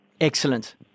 Excellent